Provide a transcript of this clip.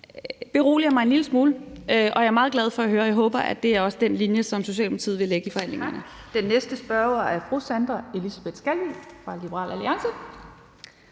dag, beroliger mig en lille smule. Jeg er meget glad for at høre det, og jeg håber, at det også er den linje, som Socialdemokratiet vil lægge i forhandlingerne.